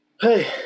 Hey